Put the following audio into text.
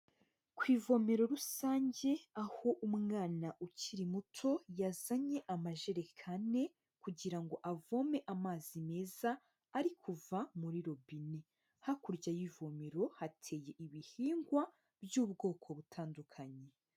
Ku ivomero rusange, aho umwana ukiri muto yazanye amajerekane kugira ngo avome amazi meza ari kuva muri robine, hakurya y'ivomero hateye ibihingwa by'ubwoko butandukanye.